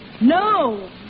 No